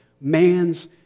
man's